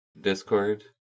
discord